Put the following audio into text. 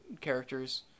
characters